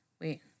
Wait